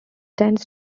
tends